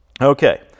Okay